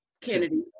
Kennedy